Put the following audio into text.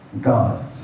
God